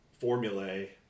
formulae